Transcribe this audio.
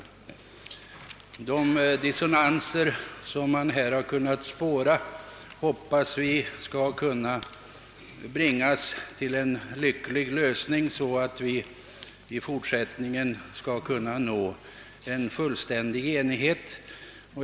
De dissonånser som här kunnat spåras hoppas vi skall kunna klaras av, så att det framdeles kan råda fullständig enighet.